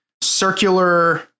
circular